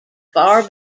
far